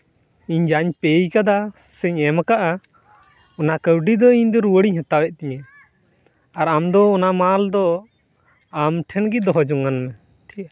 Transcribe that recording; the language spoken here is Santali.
ᱤᱧ ᱡᱟᱧ ᱯᱮᱭ ᱟᱠᱟᱫᱟ ᱥᱮᱧ ᱮᱢ ᱠᱟᱫᱼᱟ ᱚᱱᱟ ᱠᱟᱹᱣᱰᱤ ᱫᱚ ᱤᱧ ᱫᱚ ᱨᱩᱣᱟᱹᱲ ᱤᱧ ᱦᱟᱛᱟᱣ ᱮᱫ ᱛᱤᱧᱟᱹ ᱟᱨ ᱟᱢᱫᱚ ᱚᱱᱟ ᱢᱟᱞ ᱫᱚ ᱟᱢ ᱴᱷᱮᱱᱜᱮ ᱫᱚᱦᱚ ᱡᱚᱝ ᱟᱱ ᱢᱮ